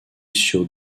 sur